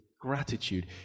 gratitude